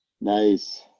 Nice